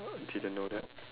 didn't know that